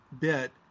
bit